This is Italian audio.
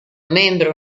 membro